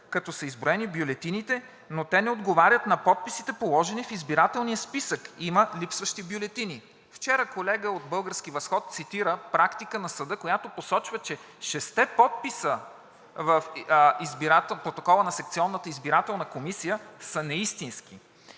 като са изброени бюлетините, но те не отговарят на подписите, положени в избирателния списък, има липсващи бюлетини. Вчера колега от „Български възход“ цитира практика на съда, която посочва, че шестте подписа в протокола на секционната избирателна комисия са неистински.